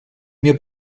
mir